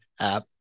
app